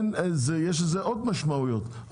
יש לזה עוד משמעויות.